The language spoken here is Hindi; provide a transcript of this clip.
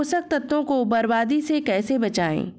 पोषक तत्वों को बर्बादी से कैसे बचाएं?